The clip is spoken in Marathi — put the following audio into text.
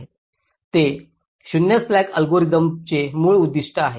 हे 0 स्लॅक अल्गोरिदमचे मूळ उद्दीष्ट आहे